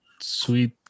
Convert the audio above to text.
sweet